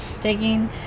taking